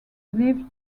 lived